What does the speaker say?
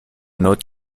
not